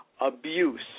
abuse